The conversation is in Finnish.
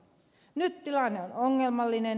nyt tilanne on ongelmallinen